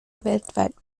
weltweit